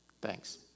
Thanks